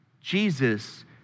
Jesus